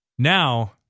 Now